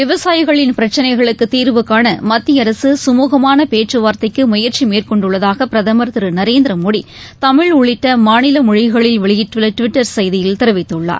விவசாயிகளின் பிரச்சினைகளுக்கு தீர்வுகாண மத்திய அரசு சுமூகமான பேச்சுவார்த்தைக்கு முயற்சி மேற்கொண்டுள்ளதாக பிரதமர் திரு நரேந்திர மோடி தமிழ் உள்ளிட்ட மாநில மொழிகளில் வெளியிட்டுள்ள ட்விட்டர் செய்தியில் தெரிவித்துள்ளார்